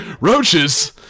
Roaches